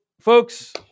folks